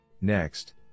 Next